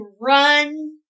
run